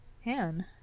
Han